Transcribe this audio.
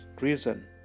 reason